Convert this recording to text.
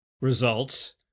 results